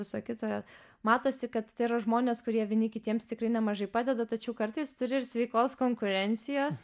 visa kita matosi kad tai yra žmonės kurie vieni kitiems tikrai nemažai padeda tačiau kartais turi ir sveikos konkurencijos